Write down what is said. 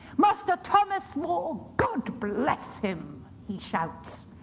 master thomas more, god bless him, he shouts.